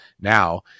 now